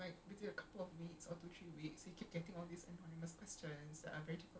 okay okay okay okay all right fine fine okay